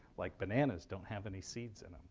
like bananas, don't have any seeds in them.